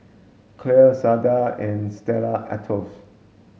Clear Sadia and Stella Artois